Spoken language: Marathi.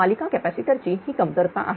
मालिका कॅपॅसिटर ची ही कमतरता आहे